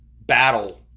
battle